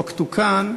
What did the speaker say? החוק תוקן,